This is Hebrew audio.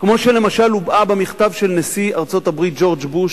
כמו שלמשל הובעה במכתב של נשיא ארצות-הברית ג'ורג' בוש